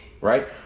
right